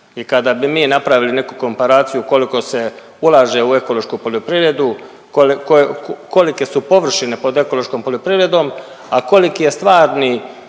I kada bi napravili neku komparaciju koliko se ulaže u ekološku poljoprivredu, koli… ko… kolike su površine pod ekološkom poljoprivredom, a koliki je stvarni